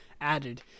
added